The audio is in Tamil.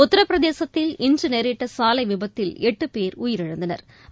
உத்திரபிரதேசத்தில் இன்றுநேரிட்டசாலைவிபத்தில் எட்டுபோ் உயிரிழந்தனா்